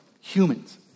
Humans